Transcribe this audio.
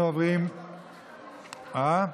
מה?